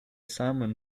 simon